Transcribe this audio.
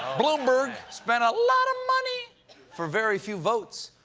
bloomberg spent a lot of money for very few votes,